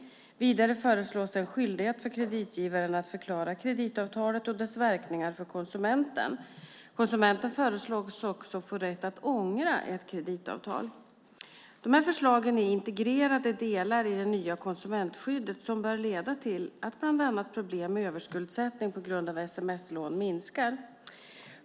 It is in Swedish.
Vidare föreslås en skyldighet för kreditgivaren att förklara kreditavtalet och dess verkningar för konsumenten. Konsumenten föreslås också få rätt att ångra ett kreditavtal. Dessa förslag är integrerade delar i det nya konsumentskyddet som bör leda till att bland annat problem med överskuldsättning på grund av sms-lån minskar.